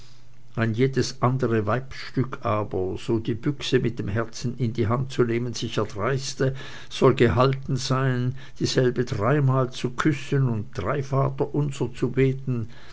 ein jedes andere weibsstück aber so die büchse mit dem herzen in die hand zu nehmen sich erdreiste soll gehalten sein dieselbe dreimal zu küssen und drei vaterunser zu beten